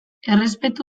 errespetu